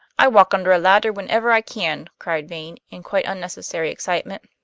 i walk under a ladder whenever i can, cried vane, in quite unnecessary excitement.